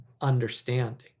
understanding